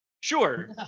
Sure